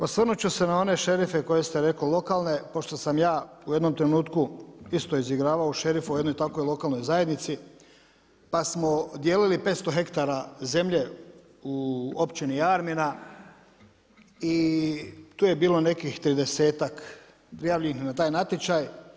Osvrnuti ću se na one šerife koje ste rekli, lokalne, pošto sam ja u jednom trenutku isto izigravao šerifa u jednoj takvoj lokalnoj zajednici, pa smo dijelili 500 hektara zemlje u općini Jarmina i tu je bilo nekih 30 prijavljenih na taj natječaj.